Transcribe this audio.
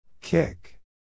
Kick